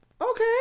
Okay